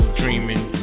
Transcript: dreaming